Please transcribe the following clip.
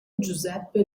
giuseppe